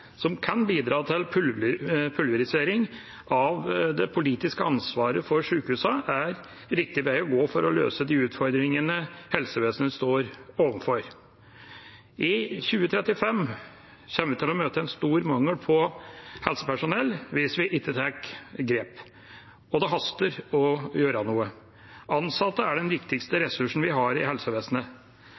som kan bidra til pulverisering av det politiske ansvaret for sykehusene, er riktig vei å gå for å løse de utfordringene helsevesenet står overfor. I 2035 kommer vi til å møte en stor mangel på helsepersonell hvis vi ikke tar grep. Det haster med å gjøre noe. De ansatte er den viktigste ressursen vi har i helsevesenet.